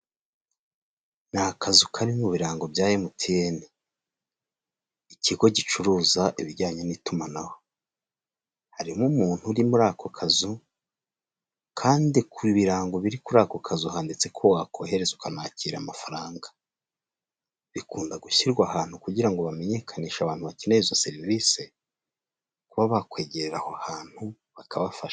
Ni akazu karimo ibirango bya emutiyeni, ikigo gicuruza ibijyanye n'itumanaho, hari nk'umuntu uri muri ako kazu kandi ku birango biri kuri ako ka handitse ko wakoherezwa ukira amafaranga. Bikunda gushyirwa ahantu kugira ngo bamenyekanishe abantu bakeneye izo serivisi kuba bakwegera aho hantu bakabafasha.